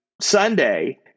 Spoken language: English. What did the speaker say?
Sunday